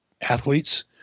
athletes